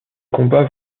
combats